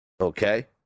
Okay